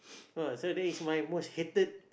oh so that is my most hated